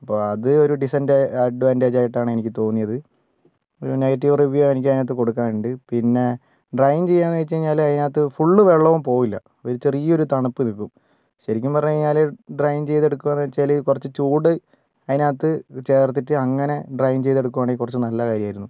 അപ്പോൾ അത് ഒരു ഡിസഡ്വാന്റേജായിട്ടാണ് എനിക്ക് തോന്നിയത് ഒരു നെഗറ്റീവ് റിവ്യൂ എനിക്കതിനകത്ത് കൊടുക്കാനുണ്ട് പിന്നെ ഡ്രയിൻ ചെയ്യുകയെന്ന് വച്ചുകഴിഞ്ഞാൽ അതിനകത്ത് ഫുള്ള് വെള്ളവും പോകില്ല ഒരു ചെറിയൊരു തണുപ്പ് നിൽക്കും ശരിക്കും പറഞ്ഞു കഴിഞ്ഞാൽ ഡ്രയിൻ ചെയ്തെടുക്കുക എന്നു വച്ചാൽ കുറച്ച് ചൂട് അതിനകത്ത് ചേർത്തിട്ട് അങ്ങനെ ഡ്രയിൻ ചെയ്തെടുക്കുകയാണെങ്കിൽ കുറച്ച് നല്ല കാര്യമായിരുന്നു